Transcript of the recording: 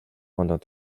pendant